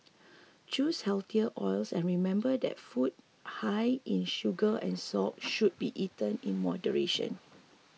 choose healthier oils and remember that food high in sugar and salt should be eaten in moderation